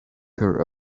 her